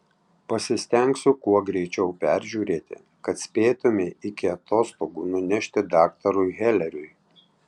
pasistengsiu kuo greičiau peržiūrėti kad spėtumei iki atostogų nunešti daktarui heleriui